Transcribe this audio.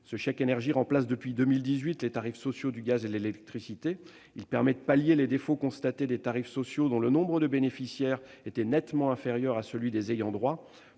Le chèque énergie a remplacé en 2018 les tarifs sociaux du gaz et de l'électricité. Il permet de pallier les défauts constatés des tarifs sociaux, dont le nombre de bénéficiaires était nettement inférieur à celui des ayants droit.